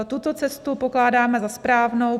Tuto cestu pokládáme za správnou.